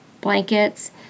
blankets